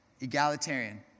egalitarian